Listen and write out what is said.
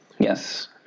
Yes